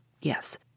Yes